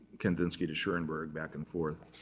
kandinsky to schoenberg, back and forth.